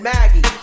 Maggie